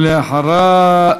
ואחריה,